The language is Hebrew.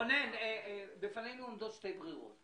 רונן, בפנינו עומדות שתי ברירות.